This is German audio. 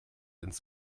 ins